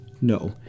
No